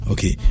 Okay